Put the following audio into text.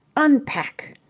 unpack!